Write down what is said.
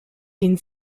den